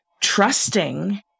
trusting